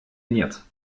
нет